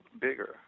bigger